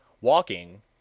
Walking